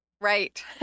right